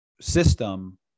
system